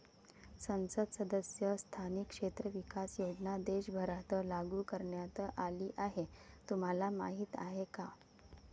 संसद सदस्य स्थानिक क्षेत्र विकास योजना देशभरात लागू करण्यात आली हे तुम्हाला माहीत आहे का?